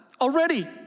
already